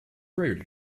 rarity